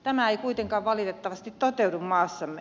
tämä ei kuitenkaan valitettavasti toteudu maassamme